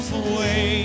away